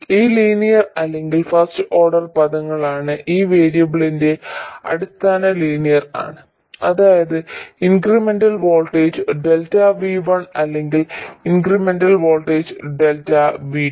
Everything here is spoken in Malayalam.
ഇവ ലീനിയർ അല്ലെങ്കിൽ ഫസ്റ്റ് ഓർഡർ പദങ്ങളാണ് ഇവ വേരിയബിളിന്റെ അടിസ്ഥാനത്തിൽ ലീനിയർ ആണ് അതായത് ഇൻക്രിമെന്റൽ വോൾട്ടേജ് Δ V1 അല്ലെങ്കിൽ ഇൻക്രിമെന്റൽ വോൾട്ടേജ് Δ V2